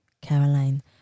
Caroline